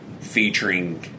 featuring